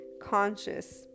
conscious